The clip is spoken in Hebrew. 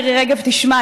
מירי רגב תשמע.